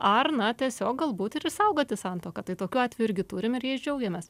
ar na tiesiog galbūt ir išsaugoti santuoką tai tokių atvejų irgi turime ir jais džiaugiamės